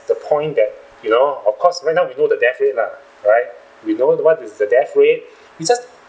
the point that you know of course right now we know the death rate lah right we know the what is the death rate we just